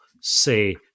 say